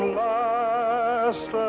last